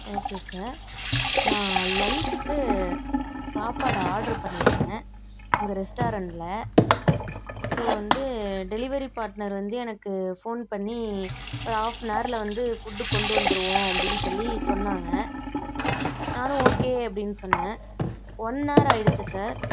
okay sir நான் லன்ச்சுக்கு சாப்பாடு ஆர்ட்ரு பண்ணியிருந்தேன் உங்கள் ரெஸ்ட்டாரெண்டில் ஸோ வந்து டெலிவரி பாட்னர் வந்து எனக்கு ஃபோன் பண்ணி ஒரு ஆஃப்னாரில் வந்து ஃபுட்டு கொண்டு வந்துருவோம் அப்படின் சொல்லி சொன்னாங்க நானும் ஓகே அப்படின் சொன்னன் ஒன்னார் ஆயிடுச்சு சார்